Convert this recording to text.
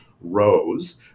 rose